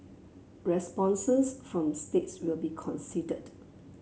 responses from states will be considered